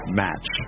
match